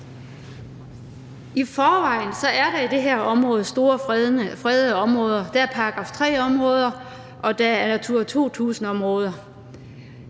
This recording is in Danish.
I forvejen er der i det her område store fredede områder. Der er § 3-områder, og der er Natura 2000-områder.